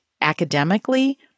academically